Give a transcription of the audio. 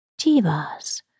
Tivas